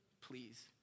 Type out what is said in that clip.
please